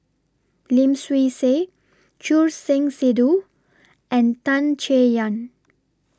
Lim Swee Say Choor Singh Sidhu and Tan Chay Yan